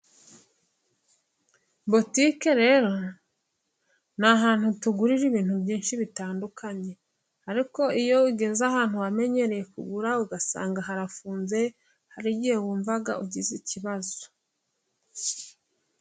Butike rero ni ahantu tugurira ibintu byinshi bitandukanye, ariko iyo ugeze ahantu wamenyereye kugura ugasanga harafunze hari igihe wumva ugize ikibazo.